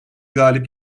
galip